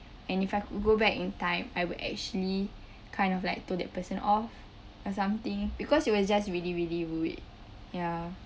and if I could go back in time I would actually kind of like told that person off or something because he was just really really rude ya